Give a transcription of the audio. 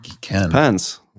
Depends